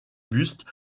bustes